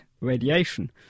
radiation